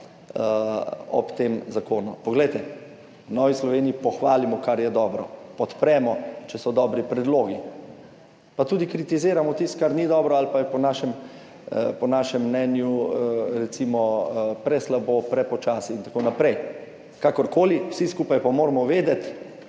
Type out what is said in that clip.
ob tem zakonu. Poglejte, v Novi Sloveniji pohvalimo, kar je dobro, podpremo, če so dobri predlogi pa tudi kritiziramo tisto kar ni dobro ali pa je po našem mnenju recimo preslabo, prepočasi, itn. Kakorkoli vsi skupaj pa moramo vedeti,